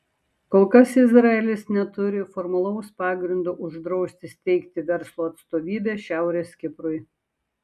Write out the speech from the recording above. kol kas izraelis neturi formalaus pagrindo uždrausti steigti verslo atstovybę šiaurės kiprui